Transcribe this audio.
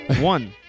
One